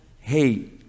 hate